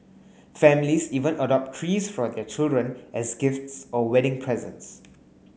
families even adopt trees for their children as gifts or wedding presents